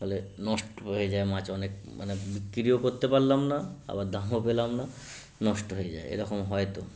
তাহলে নষ্ট হয়ে যায় মাছ অনেক মানে বিক্রিও করতে পারলাম না আবার দামও পেলাম না নষ্ট হয়ে যায় এরকম হয় তো